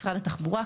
משרד התחבורה,